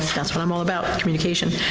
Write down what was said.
that's what i'm all about, communication.